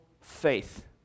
faith